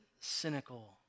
cynical